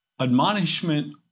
admonishment